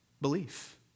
belief